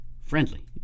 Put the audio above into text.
Friendly